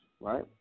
right